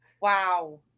Wow